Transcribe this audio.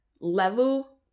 level